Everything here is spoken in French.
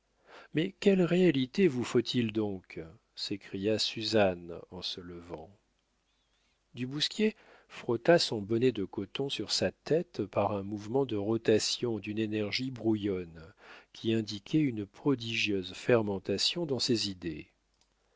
mais quelle réalité vous faut-il donc s'écria suzanne en se levant du bousquier frotta son bonnet de coton sur sa tête par un mouvement de rotation d'une énergie brouillonne qui indiquait une prodigieuse fermentation dans ses idées